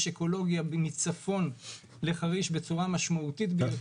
יש אקולוגיה מצפון לחריש בצורה משמעותית ביותר.